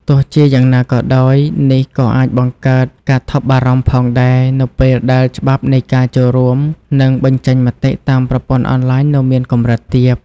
ទោះជាយ៉ាងណាក៏ដោយ នេះក៏អាចបង្កើតការថប់បារម្ភផងដែរ នៅពេលដែលច្បាប់នៃការចូលរួម និងបញ្ចេញមតិតាមប្រព័ន្ធអនឡាញនៅមានកម្រិតទាប។